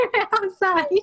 outside